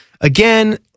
again